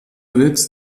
witz